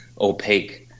opaque